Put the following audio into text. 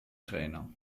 trainer